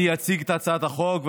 אני אציג את הצעת החוק,